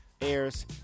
airs